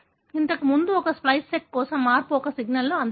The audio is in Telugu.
ఇంతకు ముందు లేని స్ప్లైస్ సైట్ కోసం మార్పు ఒక సిగ్నల్ని అందిస్తుంది